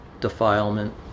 defilement